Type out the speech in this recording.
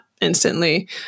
instantly